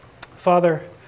Father